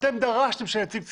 אתם דרשתם שיהיה נציג ציבור,